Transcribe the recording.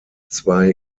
zwei